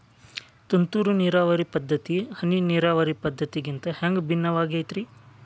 ತುಂತುರು ನೇರಾವರಿ ಪದ್ಧತಿ, ಹನಿ ನೇರಾವರಿ ಪದ್ಧತಿಗಿಂತ ಹ್ಯಾಂಗ ಭಿನ್ನವಾಗಿ ಐತ್ರಿ?